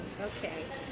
Okay